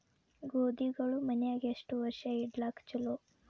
ಗೋಧಿಗಳು ಮನ್ಯಾಗ ಎಷ್ಟು ವರ್ಷ ಇಡಲಾಕ ಚಲೋ?